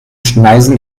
schneisen